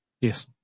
Yes